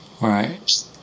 right